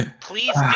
please